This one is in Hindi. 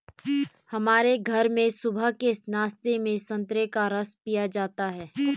हमारे घर में सुबह के नाश्ते में संतरे का रस पिया जाता है